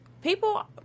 People